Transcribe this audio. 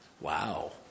Wow